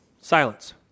Silence